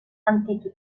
antichi